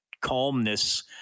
calmness